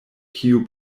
kiu